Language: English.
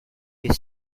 you